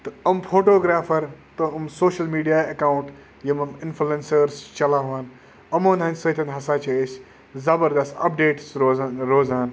تہٕ یِم فوٹوگرٛیفَر تہٕ یِم سوشَل میٖڈیا اٮ۪کاوُنٛٹ یِم یِم اِنفٕلنسٲرٕس چھِ چَلاوان یِمَن ہٕنٛدۍ سۭتۍ ہَسا چھِ أسۍ زَبردَست اَپڈیٹٕس روزان روزان